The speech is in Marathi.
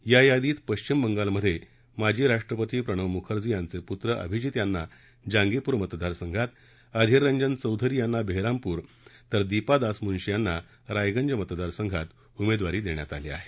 या यादीत पश्चिम बंगालमधे माजी राष्ट्रपती प्रणव मुखर्जी यांचे पुत्र अभिजित यांना जांगीपूर मतदारसंघात अधीर रंजन चौधरी यांना बेहरामपूर तर दीपा दासमुन्शी यांना रायगंज मतदारसंघात उमेदवारी देण्यात आली आहे